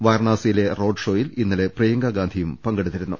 വാരണാസിയിലെ റോഡ് ഷോയിൽ ഇന്നലെ പ്രിയങ്ക ഗാന്ധിയും പങ്കെടുത്തിരുന്നു